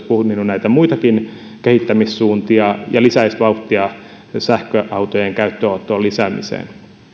punninnut näitä muitakin kehittämissuuntia ja lisäisi vauhtia sähköautojen käyttöönoton lisäämiseen